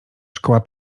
szkoła